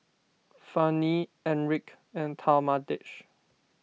Fannye Enrique and Talmadge